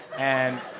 and,